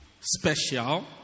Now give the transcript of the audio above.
special